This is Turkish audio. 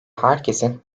herkesin